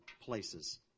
places